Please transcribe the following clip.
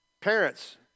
Parents